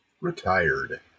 Retired